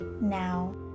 now